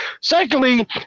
Secondly